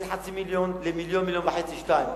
בין חצי מיליון למיליון-וחצי שניים.